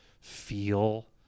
feel